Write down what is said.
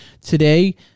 today